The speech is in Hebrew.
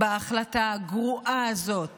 בהחלטה הגרועה הזאת